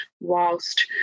whilst